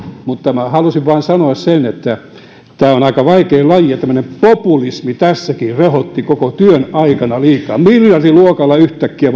mutta minä halusin vain sanoa sen että tämä on aika vaikea laji ja tämmöinen populismi rehotti tässäkin koko työn aikana liikaa miljardiluokalla yhtäkkiä